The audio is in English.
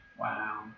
Wow